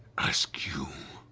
ask you